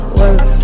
work